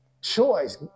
Choice